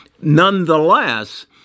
Nonetheless